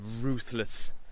ruthless